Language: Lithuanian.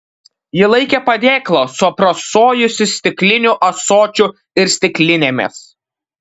ji laikė padėklą su aprasojusiu stikliniu ąsočiu ir stiklinėmis